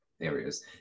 areas